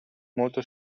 molto